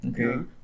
Okay